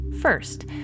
First